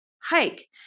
hike